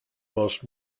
most